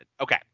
Okay